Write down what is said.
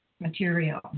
material